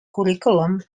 curriculum